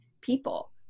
people